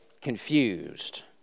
confused